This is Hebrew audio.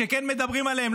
שכן מדברים עליהם,